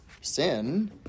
Sin